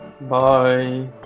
Bye